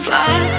Fly